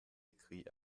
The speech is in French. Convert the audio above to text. écrit